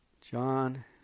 John